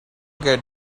get